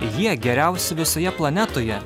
jie geriausi visoje planetoje